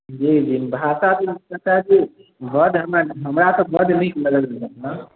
जी जी भाषाके बड हमरा हमरा तऽ बड नीक लगलहँ